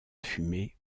fumer